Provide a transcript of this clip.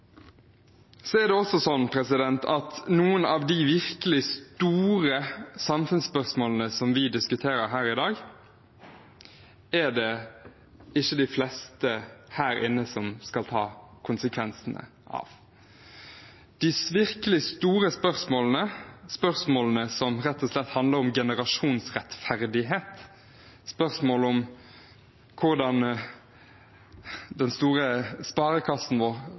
er også sånn at noen av de virkelig store samfunnsspørsmålene vi diskuterer her i dag, er det ikke de fleste her inne som skal ta konsekvensene av. De virkelig store spørsmålene, spørsmål som rett og slett handler om generasjonsrettferdighet, spørsmål om hvordan den store sparekassen